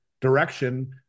direction